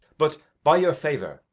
but, by your favour,